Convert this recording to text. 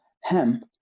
hemp